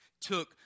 took